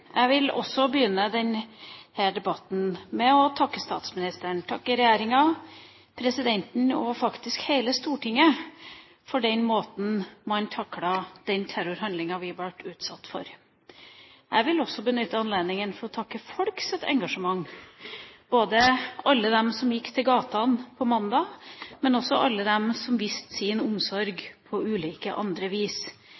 Jeg vil også begynne denne debatten med å takke statsministeren, takke regjeringa, presidenten og faktisk hele Stortinget for den måten man taklet den terrorhandlinga vi ble utsatt for, på. Jeg vil også benytte anledninga til å takke folk for deres engasjement – takke både alle de som gikk til gatene på mandagen, og alle de som viste sin omsorg